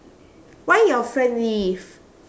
why your friend leave